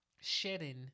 shedding